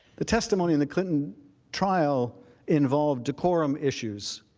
the testimony in the clinton trial involved decorum issues